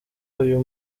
uyu